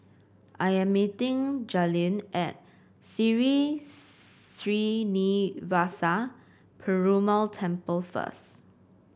I am meeting Jalyn at Sri Srinivasa Perumal Temple first